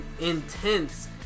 intense